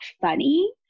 funny